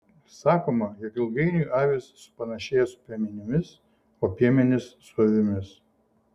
sakoma jog ilgainiui avys supanašėja su piemenimis o piemenys su avimis